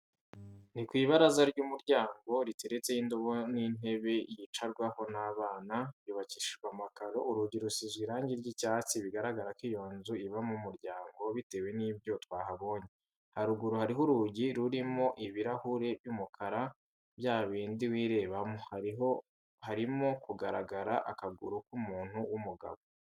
Ni ku ibaraza ry'umuryango riteretseho indobo n'intebe yicarwaho n'abana, ryubakishishwe amakaro, urugi rusizwe irange ry'icyatsi, bigaragara ko iyo nzu ibamo umuryango bitewe n'ibyo twahabonye. Haruguru hariho urugi rurimo ibirahure by'umukara, byabindi wirebamo, harimo kugaragara akaguru ku muntu w'umugabo.